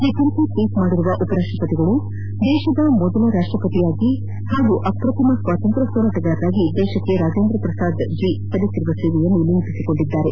ಈ ಕುರಿತು ಟ್ವೀಟ್ ಮಾಡಿರುವ ಉಪರಾಷ್ಟಪತಿಗಳು ದೇಶದ ಮೊದಲ ರಾಷ್ಟಪತಿಯಾಗಿ ಹಾಗೂ ಅಪ್ರತಿಮ ಸ್ವಾತಂತ್ರ್ಯ ಹೋರಾಟಗಾರರಾಗಿ ದೇಶಕ್ಕೆ ರಾಜೇಂದ್ರಪ್ರಸಾದ್ ಜೀ ಸಲ್ಲಿಸಿರುವ ಸೇವೆಯನ್ನು ಸ್ಗರಿಸಿದ್ದಾರೆ